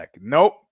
Nope